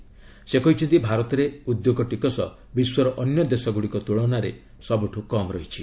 ଶ୍ରୀ ମୋଦି କହିଛନ୍ତି ଭାରତରେ ଉଦ୍ୟୋଗ ଟିକସ ବିଶ୍ୱର ଅନ୍ୟ ଦେଶଗୁଡ଼ିକ ତୁଳନାରେ ସବୁଠୁ କମ୍ ରହିଛି